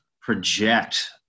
project